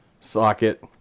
socket